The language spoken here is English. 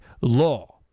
law